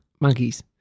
monkeys